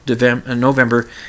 November